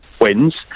wins